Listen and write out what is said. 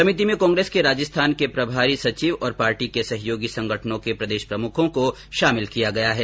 समिति में कांग्रेस के राजस्थान के प्रभारी सचिव और पार्टी के सहयोगी संगठनों के प्रदेश प्रमुखों को शामिल किया गया है